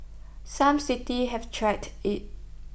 some cities have tried IT